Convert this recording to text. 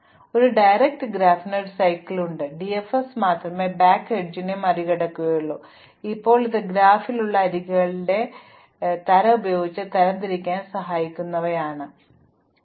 എന്നാൽ ഒരു ഡയറക്ട് ഗ്രാഫിന് ഒരു സൈക്കിൾ ഉണ്ട് എന്നാൽ ഡിഎഫ്എസ് മാത്രമേ ബാക്ക് എഡ്ജിനെ മറികടക്കുകയുള്ളൂ ഇപ്പോൾ ഇത് ഗ്രാഫിൽ ഉള്ള അരികുകളുടെ തരം ഉപയോഗിച്ച് തരംതിരിക്കാൻ സഹായിക്കുന്നതിന് ഈ പ്രീ പോസ്റ്റ് നമ്പറിംഗ് വളരെ ഉപയോഗപ്രദമാണെന്ന് കണക്കാക്കുന്നു